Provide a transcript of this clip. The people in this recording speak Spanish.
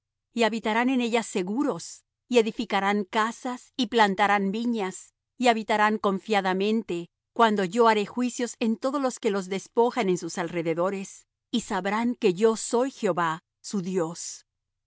y habitarán en ella seguros y edificarán casas y plantarán viñas y habitarán confiadamente cuando yo haré juicios en todos los que los despojan en sus alrededores y sabrán que yo soy jehová su dios